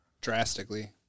Drastically